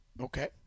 Okay